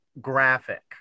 graphic